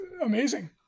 amazing